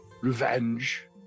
Revenge